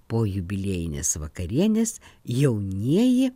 po jubiliejinės vakarienės jaunieji